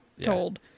told